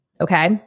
Okay